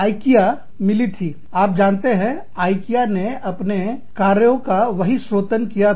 IKEA मिली थी आप जानते हैं आइकिया ने अपने कार्यों का बहि स्रोतन किया था